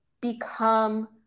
become